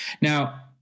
Now